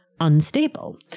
unstable